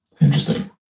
Interesting